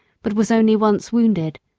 but was only once wounded,